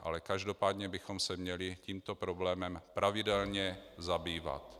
Ale každopádně bychom se měli tímto problémem pravidelně zabývat.